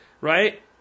right